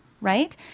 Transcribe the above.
right